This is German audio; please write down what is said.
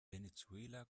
venezuela